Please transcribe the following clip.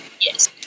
Yes